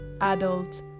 adult